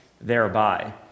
thereby